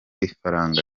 ifaranga